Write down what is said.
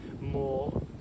more